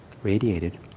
Radiated